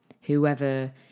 whoever